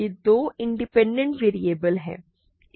ये दो independent variable हैं